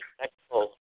respectful